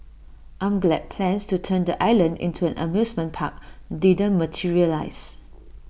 I'm glad plans to turn the island into an amusement park didn't materialise